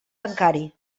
bancari